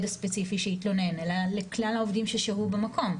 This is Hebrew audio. הספציפי שהתלונן אלא לכלל העובדים ששהו במקום,